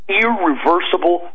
irreversible